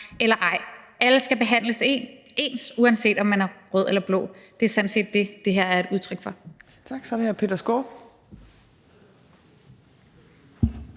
eller ej. Alle skal behandles ens, uanset om man er rød eller blå. Det er sådan set det, det her er et udtryk for. Kl. 12:34 Fjerde